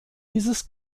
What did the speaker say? dieses